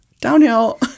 downhill